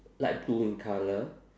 light blue in colour